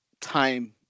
time